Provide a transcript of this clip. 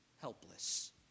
helpless